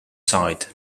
side